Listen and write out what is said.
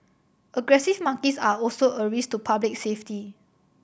aggressive monkeys are also a risk to public safety